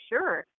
Sure